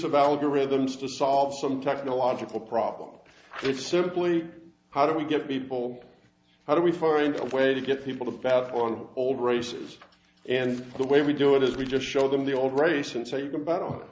of algorithms to solve some technological problem which simply how do we get people how do we find a way to get people to fast on old races and the way we do it is we just show them the old race and say you can